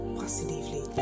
positively